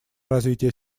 развитие